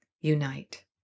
unite